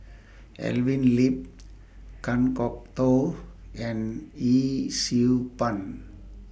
Evelyn Lip Kan Kwok Toh and Yee Siew Pun